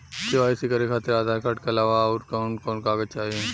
KYC करे खातिर Aadhaar card के अलावा आउरकवन कवन कागज चाहीं?